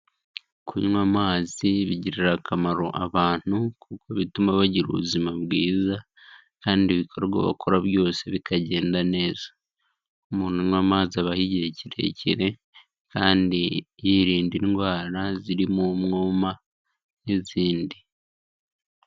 Kunywa amazi bigirira akamaro abantu kuko bituma bagira ubuzima bwiza kandi ibikorwa aba akora byose bikagenda neza, iyo umuntu anywa amazi abaho igihe kirekire kandi yirinda indwara zirimo umwuma n'izindi.